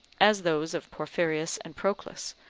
as those of porphyrius and proclus,